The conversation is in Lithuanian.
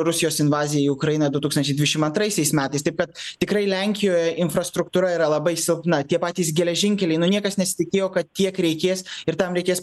rusijos invazijai į ukrainą du tūkstančiai dvišim antaisiais metais taip kad tikrai lenkijoje infrastruktūra yra labai silpna tie patys geležinkeliai nu niekas nesitikėjo kad tiek reikės ir tam reikės